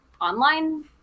online